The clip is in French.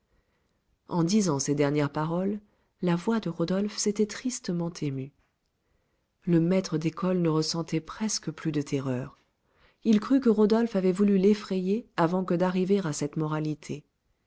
en disant ces dernières paroles la voix de rodolphe s'était tristement émue le maître d'école ne ressentait presque plus de terreur il crut que rodolphe avait voulu l'effrayer avant que d'arriver à cette moralité